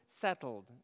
settled